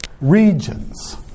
regions